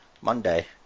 Monday